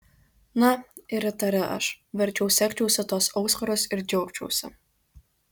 na ir įtari aš verčiau segčiausi tuos auskarus ir džiaugčiausi